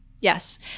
yes